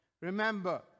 Remember